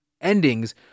endings